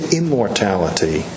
immortality